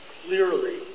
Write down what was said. clearly